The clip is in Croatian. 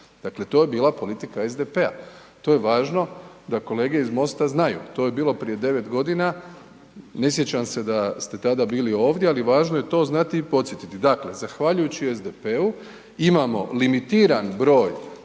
Dakle to je bila politika SDP-a, to je važno da kolege iz MOST-a znaju. To je bio prije 9 godina. Ne sjećam se da ste tada bili ovdje ali važno je to znati i podsjetiti. Dakle zahvaljujući SDP-u imamo limitiran broj